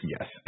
Yes